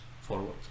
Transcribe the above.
forward